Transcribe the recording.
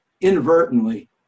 inadvertently